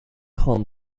hunt